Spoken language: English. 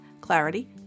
clarity